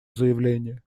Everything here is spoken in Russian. заявление